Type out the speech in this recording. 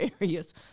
areas